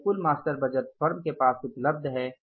अब यह कुल मास्टर बजट फर्म के पास उपलब्ध है